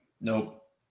Nope